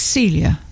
Celia